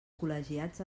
col·legiats